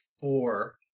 four